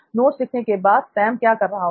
notes लिखने के बाद सैम क्या कर रहा होगा